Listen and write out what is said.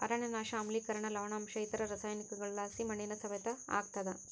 ಅರಣ್ಯನಾಶ ಆಮ್ಲಿಕರಣ ಲವಣಾಂಶ ಇತರ ರಾಸಾಯನಿಕಗುಳುಲಾಸಿ ಮಣ್ಣಿನ ಸವೆತ ಆಗ್ತಾದ